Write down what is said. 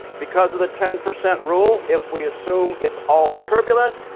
because of the ten percent rule, if we assume it's all turbulent,